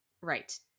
Right